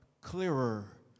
clearer